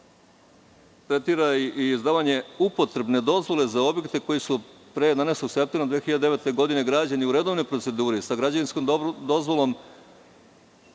tretira i izdavanje upotrebne dozvole za objekte, koji su pre 11. septembra 2009. godine, građene u redovnoj proceduri sa građevinskom dozvolom,